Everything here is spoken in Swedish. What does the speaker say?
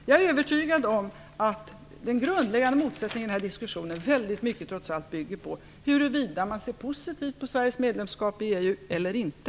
Jag är övertygad om att den grundläggande motsättningen i denna diskussion trots allt väldigt mycket bygger på huruvida man ser positivt på Sveriges medlemskap i EU eller inte.